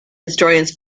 historians